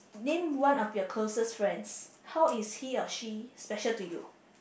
name one of your closest friends how is he or she special to you